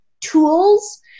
tools